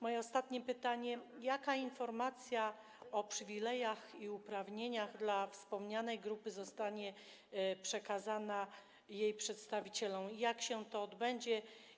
Moje ostatnie pytanie: Jaka informacja o przywilejach i uprawnieniach wspomnianej grupy zostanie przekazana jej przedstawicielom i jak się to odbędzie?